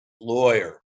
lawyer